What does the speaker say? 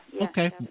Okay